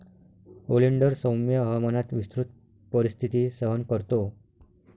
oleander सौम्य हवामानात विस्तृत परिस्थिती सहन करतो